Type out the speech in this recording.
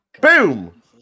Boom